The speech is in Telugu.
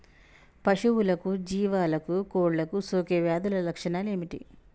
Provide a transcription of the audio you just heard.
పశువులకు జీవాలకు కోళ్ళకు సోకే వ్యాధుల లక్షణాలు ఏమిటి?